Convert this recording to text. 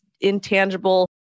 intangible